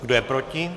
Kdo je proti?